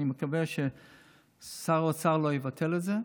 אני מקווה ששר האוצר לא יבטל את זה.